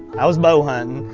i was bowhunting.